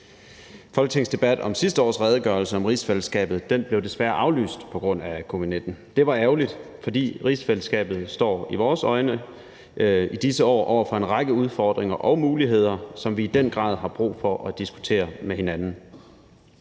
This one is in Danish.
Folketingsdebatten om sidste års redegørelse om rigsfællesskabet blev desværre aflyst på grund af covid-19. Det var ærgerligt, fordi rigsfællesskabet i vores øjne i disse år står over for en række udfordringer og muligheder, som vi i den grad har brug for at diskutere med hinanden.